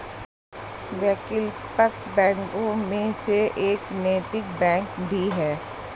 वैकल्पिक बैंकों में से एक नैतिक बैंक भी है